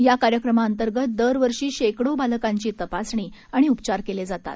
या कार्यक्रमा अंतर्गत दर वर्षी शेकडो बालकांची तपासणी आणि उपचार केले जातात